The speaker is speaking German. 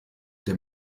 der